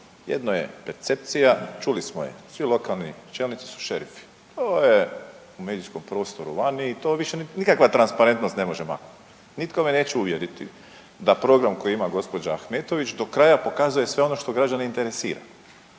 Jedno je percepcija, čuli smo je, svi lokalni čelnici su šerifi. To je u medijskom prostoru vani i to više nikakva transparentnost ne može maknuti. Nitko me neće uvjeriti da program koji ima gđa. Ahmetović do kraja pokazuje sve ono što građane interesira,